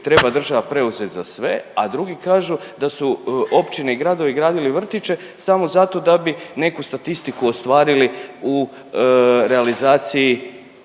treba država preuzet za sve, a drugi kažu da su općine i gradovi gradili vrtiće samo zato da bi neku statistiku ostvarili u realizaciji